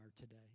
today